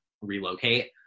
relocate